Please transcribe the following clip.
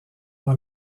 dans